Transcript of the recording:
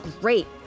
great